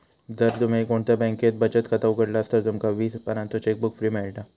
जर तुम्ही कोणत्या बॅन्केत बचत खाता उघडतास तर तुमका वीस पानांचो चेकबुक फ्री मिळता